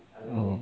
orh